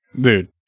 Dude